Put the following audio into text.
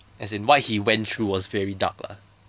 as in what he went through was very dark lah